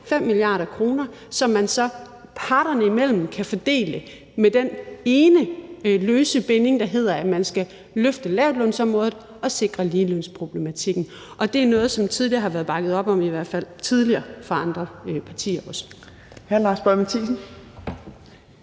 5 mia. kr., som man så parterne imellem kan fordele med den ene løse binding, der hedder, at man skal løfte lavtlønsområdet og sikre at løse ligelønsproblematikken. Og det er noget, som der i hvert fald tidligere har været bakket op om også fra andre partier. Kl. 11:50 Fjerde